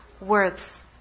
words